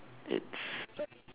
it's